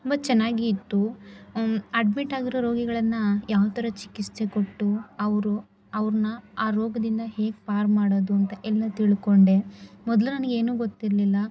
ತುಂಬ ಚೆನ್ನಾಗಿ ಇತ್ತು ಅಡ್ಮಿಟ್ ಆಗಿರೋ ರೋಗಿಗಳನ್ನು ಯಾವ ಥರ ಚಿಕಿತ್ಸೆ ಕೊಟ್ಟು ಅವರು ಅವ್ರನ್ನ ಆ ರೋಗದಿಂದ ಹೇಗೆ ಪಾರು ಮಾಡೋದು ಅಂತ ಎಲ್ಲ ತಿಳಕೊಂಡೆ ಮೊದಲು ನನಗೆ ಏನೂ ಗೊತ್ತಿರಲಿಲ್ಲ